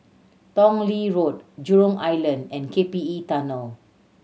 Tong Lee Road Jurong Island and K P E Tunnel